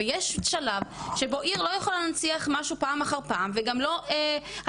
ויש שלב שבו עיר לא יכולה להנציח משהו פעם אחר פעם וגם לא המדינה,